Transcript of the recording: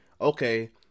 okay